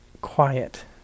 quiet